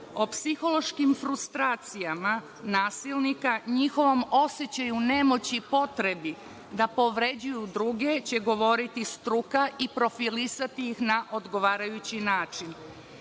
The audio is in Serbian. O psihološkim frustracijama nasilnika, njihovom osećaju, nemoći i potrebi da povređuju druge će govoriti struka i profilisati ih na odgovarajući način. Cilj